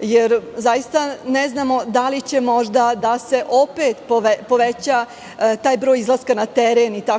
jer zaista ne znamo da li će možda da se opet poveća taj broj izlaska na teren itd.